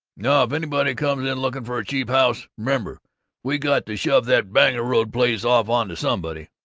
now if anybody comes in looking for a cheap house, remember we got to shove that bangor road place off onto somebody.